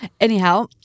Anyhow